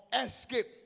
escape